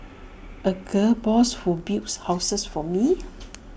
A gal boss who builds houses for me